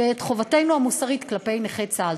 ואת חובתנו המוסרית כלפי נכי צה"ל.